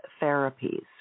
therapies